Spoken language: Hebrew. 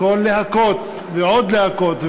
הקול להכות ועוד להכות,